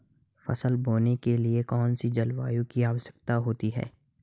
फसल बोने के लिए कौन सी जलवायु की आवश्यकता होती है?